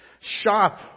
Shop